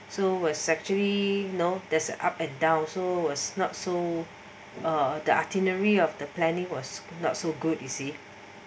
so was actually no there's up and down also was not so uh the itinerary of the plan was not so good you see